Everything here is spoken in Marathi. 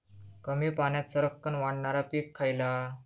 कमी पाण्यात सरक्कन वाढणारा पीक खयला?